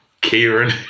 Kieran